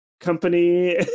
company